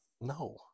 No